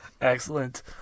Excellent